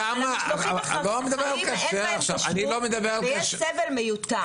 המשלוחים החיים אין בהם כשרות ויש סבל מיותר.